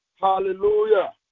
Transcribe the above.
Hallelujah